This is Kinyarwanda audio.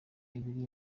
ibiri